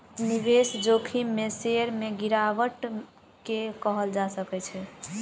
निवेश जोखिम में शेयर में गिरावट के कहल जा सकै छै